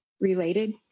related